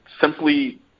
simply